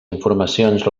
informacions